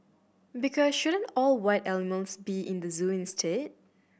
because shouldn't all wild animals be in the zoo instead